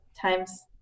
times